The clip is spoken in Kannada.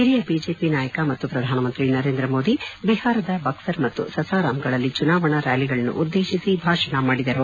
ಹಿರಿಯ ಬಿಜೆಪಿ ನಾಯಕ ಮತ್ತು ಪ್ರಧಾನಮಂತ್ರಿ ನರೇಂದ್ರ ಮೋದಿ ಬಿಹಾರದ ಬಕ್ಲರ್ ಮತ್ತು ಸಸಾರಾಂಗಳಲ್ಲಿ ಚುನಾವಣಾ ರ್ನಾಲಿಗಳನ್ನುದ್ದೇಶಿಸಿ ಭಾಷಣ ಮಾಡಿದರು